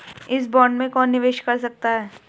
इस बॉन्ड में कौन निवेश कर सकता है?